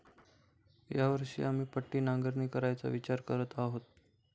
या वर्षी आम्ही पट्टी नांगरणी करायचा विचार करत आहोत